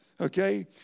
okay